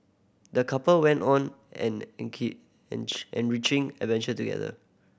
the couple went on an enrich enriching adventure together